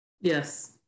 Yes